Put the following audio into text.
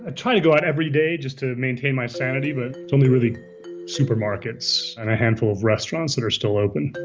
ah trying to go out every day just to maintain my sanity, but only really supermarkets and a handful of restaurants that are still open.